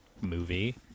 movie